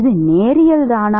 இது நேரியல்தா